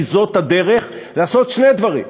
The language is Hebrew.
כי זאת הדרך לעשות שני דברים: